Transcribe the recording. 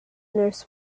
nurse